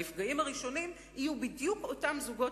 הנפגעים הראשונים יהיו בדיוק אותם זוגות